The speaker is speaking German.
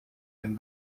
den